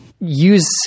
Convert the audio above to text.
use